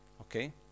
Okay